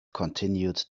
continued